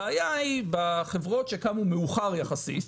הבעיה היא בחברות, שקמו מאוחר יחסית,